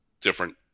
different